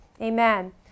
Amen